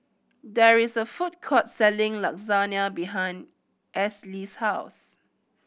there is a food court selling Lasagna behind Esley's house